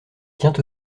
tient